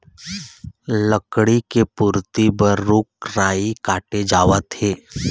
लकड़ी के पूरति बर रूख राई काटे जावत हे